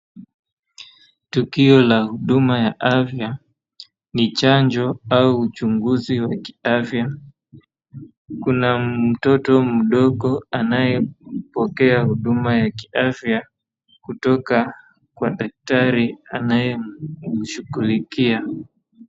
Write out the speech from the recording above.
Tukio la huduma ya afya ni chanjo au uchunguzi wa kiafya. Kuna mtoto mdogo anayepokea huduma wa kiafya kutoka kwa daktari anayemshughulikia.